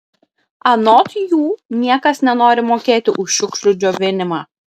anot jų niekas nenori mokėti už šiukšlių džiovinimą